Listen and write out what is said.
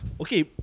Okay